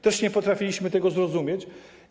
Też nie potrafiliśmy tego zrozumieć.